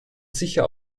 sicher